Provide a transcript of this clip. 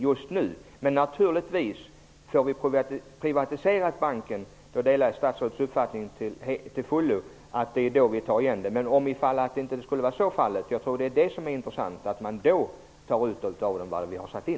Om banken blir privatiserad, delar jag statsrådets uppfattning till fullo, att den då får betala igen. Men om så inte blir fallet, blir det intressant att se om man tar ut det som man har satt in.